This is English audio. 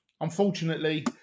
unfortunately